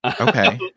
Okay